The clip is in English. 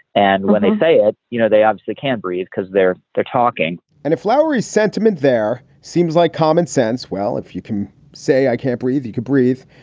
and when they say, ah you know, they obviously can't breathe because they're they're talking and if floury sentiment there seems like common sense. well, if you can say i can't breathe, you could breathe.